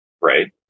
right